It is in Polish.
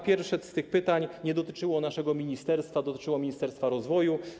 Pierwsze dwa pytania nie dotyczyły naszego ministerstwa, dotyczyły Ministerstwa Rozwoju.